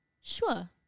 Sure